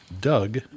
Doug